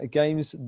games